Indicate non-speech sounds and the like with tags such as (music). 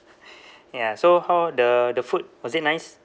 (laughs) ya so how the the food was it nice